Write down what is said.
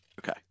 Okay